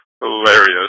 hilarious